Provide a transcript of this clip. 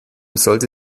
sollte